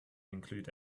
include